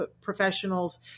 professionals